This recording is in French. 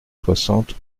soixante